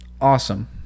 awesome